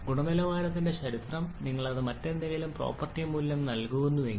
ഗുണനിലവാരത്തിന്റെ ചരിത്രം നിങ്ങൾ അതിന് മറ്റെന്തെങ്കിലും പ്രോപ്പർട്ടി മൂല്യം നൽകുന്നുവെങ്കിൽ